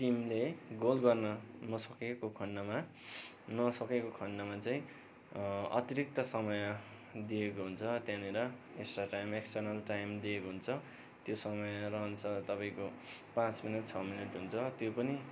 टिमले गोल गर्न नसकेको खन्डमा नसकेको खन्डमा चाहिँ अतिरिक्त समय दिएको हुन्छ त्यहाँनिर एक्ट्रा टाइम एक्सटर्नल टाइम दिएको हुन्छ त्यो समय रहन्छ तपाईँको पाँच मिनट छ मिनट हुन्छ त्यो पनि